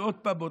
שעוד פעם,